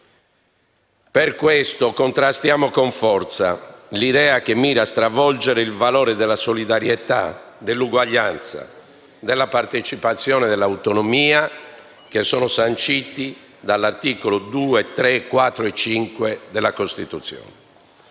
Per questo contrastiamo con forza l'idea che mira a stravolgere i valori della solidarietà, dell'uguaglianza, della partecipazione e dell'autonomia che sono sanciti dagli articoli 2, 3, 4 e 5 della Costituzione.